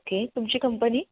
okay तुमची company